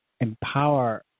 empower